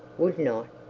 would not,